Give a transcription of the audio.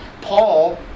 Paul